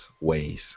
ways